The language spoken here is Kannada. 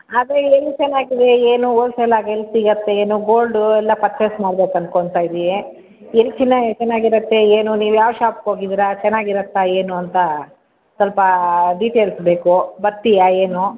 ಅದೇ ಎಲ್ಲಿ ಚೆನ್ನಾಗಿವೆ ಏನು ಹೋಲ್ಸೇಲಾಗಿ ಎಲ್ಲಿ ಸಿಗುತ್ತೆ ಏನು ಗೋಲ್ಡು ಎಲ್ಲ ಪರ್ಚೆಸ್ ಮಾಡ್ಬೇಕಂತ್ಕೊತ ಇದ್ದೀವಿ ಎಲ್ಲಿ ಚಿನ್ನ ಚೆನ್ನಾಗಿರುತ್ತೆ ಏನು ನೀವು ಯಾವ ಶಾಪ್ ಹೋಗಿದ್ದಿರಾ ಚೆನ್ನಾಗಿರುತ್ತಾ ಏನು ಅಂತ ಸ್ವಲ್ಪ ಡಿಟೇಲ್ಸ್ ಬೇಕು ಬರ್ತೀಯಾ ಏನು